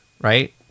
right